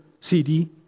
CD